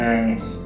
Nice